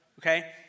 Okay